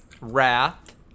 wrath